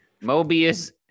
Mobius